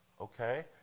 okay